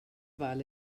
val